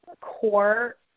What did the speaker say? core